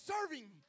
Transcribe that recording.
serving